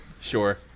Sure